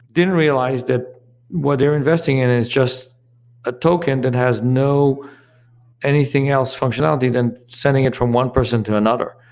didn't realize that what they're investing in is just a token that has no anything else functionality than sending it from one person to another.